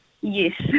Yes